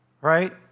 right